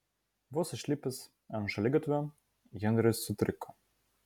vos išlipęs ant šaligatvio henris sutriko